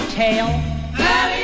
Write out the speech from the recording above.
tell